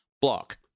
block